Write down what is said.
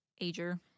Ager